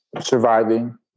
surviving